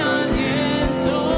aliento